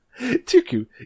Tuku